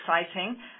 exciting